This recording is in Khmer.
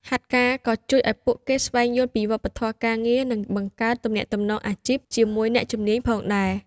ហាត់ការក៏ជួយឱ្យពួកគេស្វែងយល់ពីវប្បធម៌ការងារ និងបង្កើតទំនាក់ទំនងអាជីព ជាមួយអ្នកជំនាញផងដែរ។